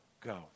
go